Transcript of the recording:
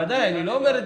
ודאי, אני לא אומר.